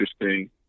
interesting